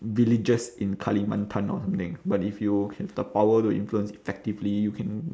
villagers in kalimantan or something but if you have the power to influence effectively you can